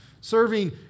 Serving